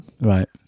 Right